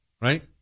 right